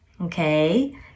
okay